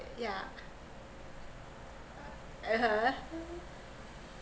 yeah (uh huh)